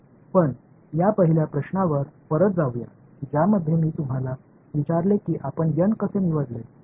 पण या पहिल्या प्रश्नावर परत जाऊया ज्यामध्ये मी तुम्हाला विचारले की आपण n कसे निवडले बरोबर